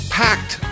packed